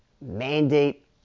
mandate